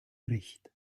recht